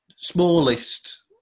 smallest